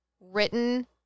written